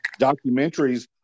documentaries